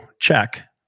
check